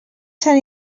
sant